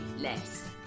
less